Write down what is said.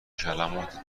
کلمات